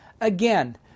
Again